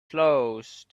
close